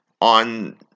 on